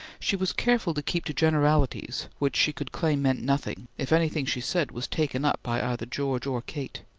she was careful to keep to generalities which she could claim meant nothing, if anything she said was taken up by either george or kate.